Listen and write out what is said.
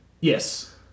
yes